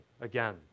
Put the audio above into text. again